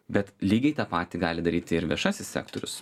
bet lygiai tą patį gali daryti ir viešasis sektorius